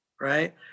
Right